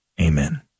Amen